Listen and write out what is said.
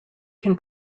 can